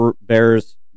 bears